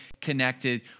connected